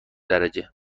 درجه